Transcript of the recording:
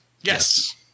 Yes